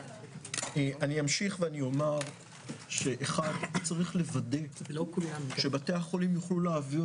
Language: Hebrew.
אני אמשיך ואני אומר שצריך לוודא שבתי החולים יוכלו לעבוד